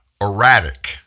erratic